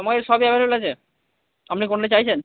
আমার কাছে সবই অ্যাভেলেবেল আছে আপনি কোনটা চাইছেন